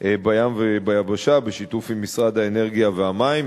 בים וביבשה, בשיתוף עם משרד האנרגיה והמים.